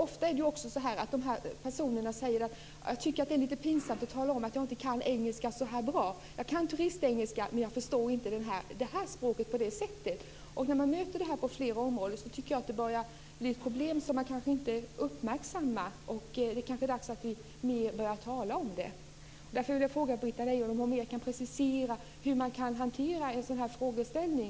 Ofta säger de här personerna: Jag tycker att det är lite pinsamt att tala om att jag inte kan engelska så här bra. Jag kan turistengelska, men jag förstår inte språket på det här sättet. När man mött detta på flera områden tycker jag att det börjar bli ett problem som man kanske inte uppmärksammar. Det kanske är dags att vi börjar tala om det mer. Därför vill jag fråga Britta Lejon om hon mer kan precisera hur man kan hantera en sådan här frågeställning.